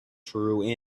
true